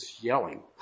yelling